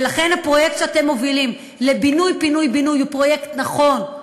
ולכן הפרויקט שאתם מובילים לבינוי פינוי בינוי הוא פרויקט נכון,